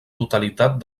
totalitat